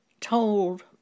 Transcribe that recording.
told